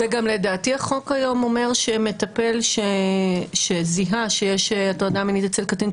לדעתי החוק היום אומר שמטפל שזיהה שיש הטרדה מינית אצל קטין,